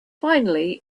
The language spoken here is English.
finally